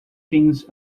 things